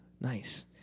nice